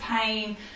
pain